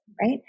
right